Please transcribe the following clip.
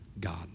God